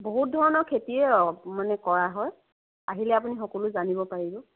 বহুত ধৰণৰ খেতি মানে কৰা হয় আহিলে আপুনি সকলো জানিব পাৰিব